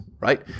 right